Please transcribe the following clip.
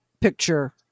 picture